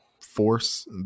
force